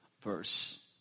verse